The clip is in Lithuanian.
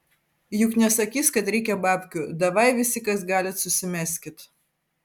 juk nesakys kad reikia babkių davai visi kas galit susimeskit